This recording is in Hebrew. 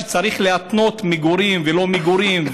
שצריך להתנות מגורים ולא מגורים,